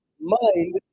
mind